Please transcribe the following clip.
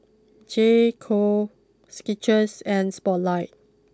J Co Skittles and Spotlight